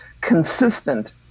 consistent